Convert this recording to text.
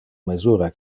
mesura